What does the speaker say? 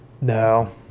No